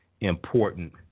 important